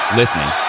listening